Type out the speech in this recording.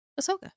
Ahsoka